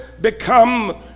become